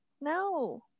No